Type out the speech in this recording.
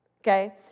okay